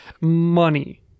money